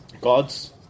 God's